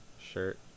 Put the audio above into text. shirt